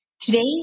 today